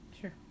Sure